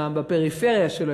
גם בפריפריה שלו,